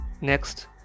next